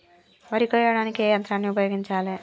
వరి కొయ్యడానికి ఏ యంత్రాన్ని ఉపయోగించాలే?